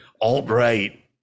alt-right